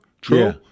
True